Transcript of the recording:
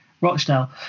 Rochdale